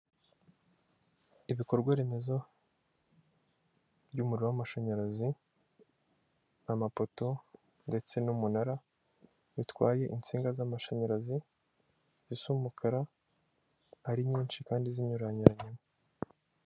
Ibikorwa remezo by'umuriro w'amashanyarazi, amapoto ndetse n'umunara bitwaye insinga z'amashanyarazi, zisa umukara ari nyinshi kandi zinyuranyuranyemo.